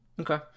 Okay